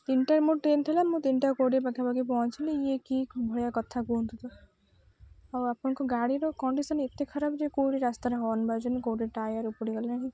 ତିନିଟାରେ ମୋର ଟ୍ରେନ୍ ଥିଲା ତିନିଟା କୋଡ଼ିଏ ପାଖାପାଖି ପହଁଞ୍ଚିଲି ଇଏ କିଏ ଭଳିଆ କଥା କୁହନ୍ତୁ ତ ଆଉ ଆପଣଙ୍କ ଗାଡ଼ିର କଣ୍ଡିସନ୍ ଏତେ ଖରାପ୍ ଯେ କୋଉଠି ରାସ୍ତାରେ ହର୍ନ ବାଜୁନି କୋଉଠି ଟାୟାର୍ ଉପୁଡ଼ିଗଲାଣି